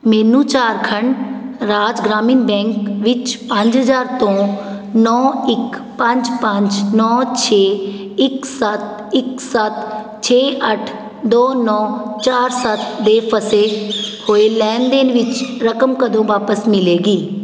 ਮੈਨੂੰ ਝਾਰਖੰਡ ਰਾਜ ਗ੍ਰਾਮੀਣ ਬੈਂਕ ਵਿੱਚ ਪੰਜ ਹਜ਼ਾਰ ਤੋਂ ਨੌ ਇੱਕ ਪੰਜ ਪੰਜ ਨੌ ਛੇ ਇੱਕ ਸੱਤ ਇੱਕ ਸੱਤ ਛੇ ਅੱਠ ਦੋ ਨੌ ਚਾਰ ਸੱਤ ਦੇ ਫਸੇ ਹੋਏ ਲੈਣ ਦੇਣ ਵਿੱਚ ਰਕਮ ਕਦੋਂ ਵਾਪਸ ਮਿਲੇਗੀ